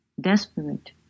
desperate